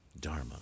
Dharma